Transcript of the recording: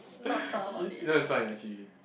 you you know it's fine actually